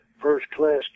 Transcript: first-class